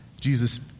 Jesus